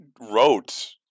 wrote